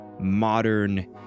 modern